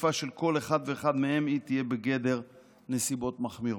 תקיפה של כל אחד ואחד מהם תהיה בגדר נסיבות מחמירות.